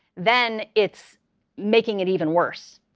then it's making it even worse.